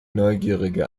neugierige